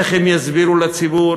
איך הם יסבירו לציבור?